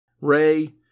Ray